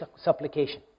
supplication